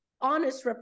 honest